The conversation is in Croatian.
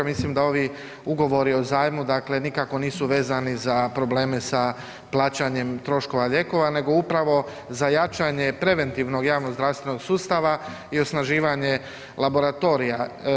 Mislim da ovi ugovori o zajmu nikako nisu vezani za probleme sa plaćanjem troškova lijekova nego upravo za jačanje preventivnog javnozdravstvenog sustava i osnaživanje laboratorija.